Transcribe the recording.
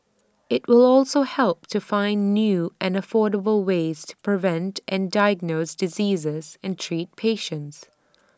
IT will also help to find new and affordable ways to prevent and diagnose diseases and treat patients